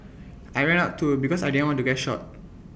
I ran out too because I didn't want to get shot